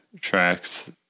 tracks